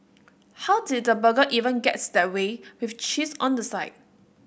how did the burger even get that way with cheese on the side